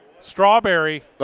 strawberry